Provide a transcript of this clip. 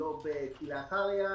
זה לא כלאחר יד,